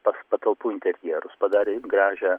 pats patalpų interjerus padarė gražią